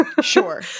Sure